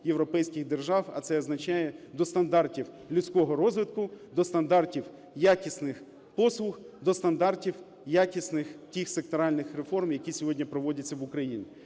європейських держав, а це означає-до стандартів людського розвитку, до стандартів якісних послуг, до стандартів якісних тих секторальних реформ, які сьогодні проводяться в Україні.